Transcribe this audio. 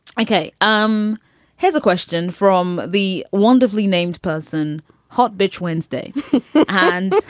okay. um here's a question from the wonderfully named person hot bitch wednesday and